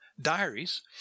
diaries